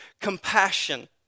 compassion